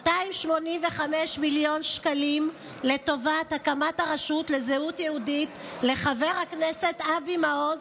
285 מיליון שקלים לטובת הקמת הרשות לזהות יהודית לחבר הכנסת אבי מעוז,